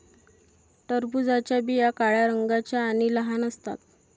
टरबूजाच्या बिया काळ्या रंगाच्या आणि लहान असतात